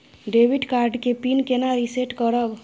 Debit card के pin केना reset करब?